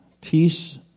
peace